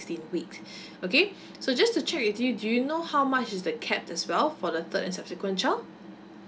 weeks okay so just to check with you do you know how much is the capped as well for the third and subsequent child